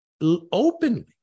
openly